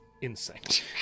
insect